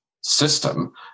system